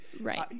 Right